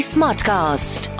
Smartcast